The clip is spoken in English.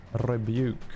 rebuke